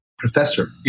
Professor